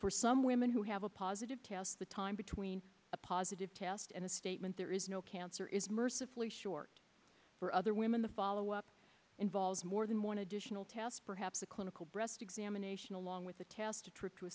for some women who have a positive the time between a positive test and a statement there is no cancer is mercifully short for other women the follow up involves more than one additional test perhaps a clinical breast examination along with a trip to a